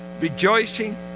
rejoicing